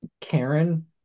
Karen